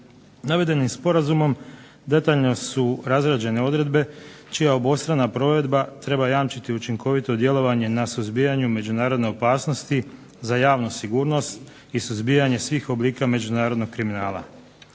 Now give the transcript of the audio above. Navedenim sporazumom detaljno su razrađene odredbe čija obostrana provedba treba jamčiti učinkovito djelovanje na suzbijanju međunarodne opasnosti za javnu sigurnost i suzbijanje svih oblika međunarodnog kriminala.